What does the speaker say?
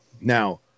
Now